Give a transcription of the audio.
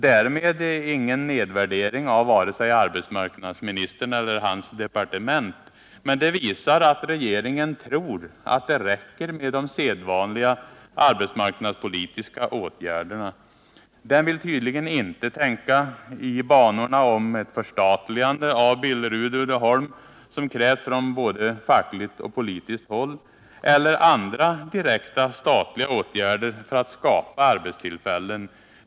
Därmed ingen nedvärdering av vare sig arbetsmarknadsministern eller hans departement, men det visar att regeringen tror att det räcker med de sedvanliga arbetsmarknadspolitiska åtgärderna. Den vill tydligen inte tänka i banorna om förstatligande av Billerud-Uddeholm, som krävs från både fackligt och politiskt håll, eller andra direkta statliga åtgärder för att skapa arbetstillfällen.